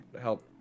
help